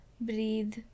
breathe